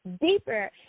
deeper